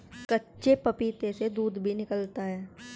कच्चे पपीते से दूध भी निकलता है